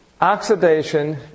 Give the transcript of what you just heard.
Oxidation